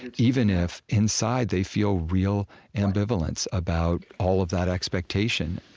and even if, inside, they feel real ambivalence about all of that expectation